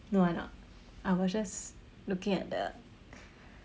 no I'm not I was just looking at the